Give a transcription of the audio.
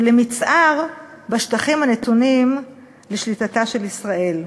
ולמצער, בשטחים הנתונים לשליטתה של ישראל".